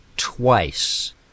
Twice